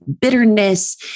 bitterness